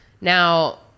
Now